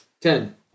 Ten